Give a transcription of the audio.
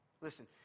Listen